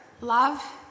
love